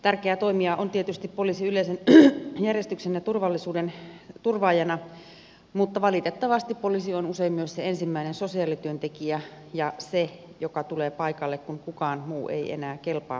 tärkeä toimija on tietysti poliisi yleisen järjestyksen ja turvallisuuden turvaajana mutta valitettavasti poliisi on usein myös se ensimmäinen sosiaalityöntekijä ja se joka tulee paikalle kun kukaan muu ei enää kelpaa valitettavasti